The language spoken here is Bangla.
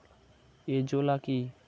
এজোলা কি?